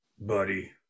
buddy